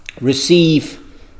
Receive